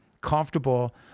comfortable